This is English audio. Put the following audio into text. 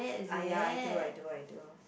ah ya I do I do I do